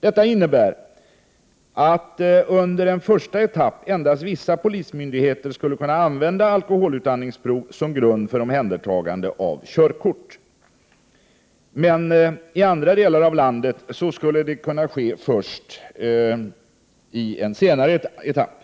Detta innebär att under en första etapp endast vissa polismyndigheter skulle kunna använda alkoholutandningsprov som grund för omhändertagande av körkort, medan det på andra håll skulle kunna ske först vid en senare etapp.